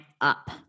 up